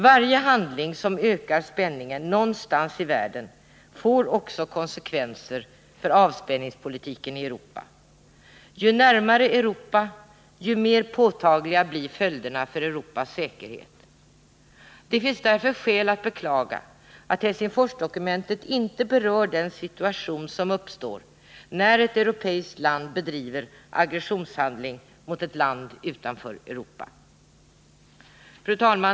Varje handling som ökar spänningen någonstans i världen får konsekvenser också för avspänningspolitiken i Europa — ju närmare Europa, desto mer påtagliga blir följderna för Europas säkerhet. Det finns därför skäl att beklaga att Helsingforsdokumentet inte berör den situation som uppstår när ett europeiskt land bedriver aggressionshandling mot ett land utanför Europa. Fru talman!